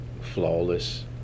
flawless